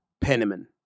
Penniman